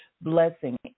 blessing